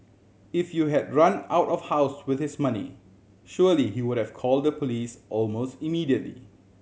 if you had run out of house with his money surely he would have called the police almost immediately